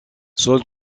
sol